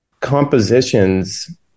compositions